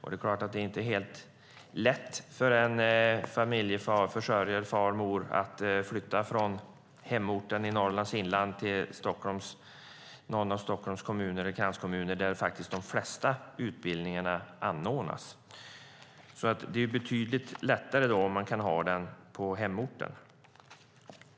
Det är klart att det inte är helt lätt för en familjeförsörjare, för en far eller en mor, att flytta från hemorten i Norrlands inland till någon av Stockholms kranskommuner. Där anordnas de flesta utbildningarna. Det är betydligt lättare om man kan få utbildning på hemorten.